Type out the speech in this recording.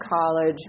college